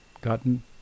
gotten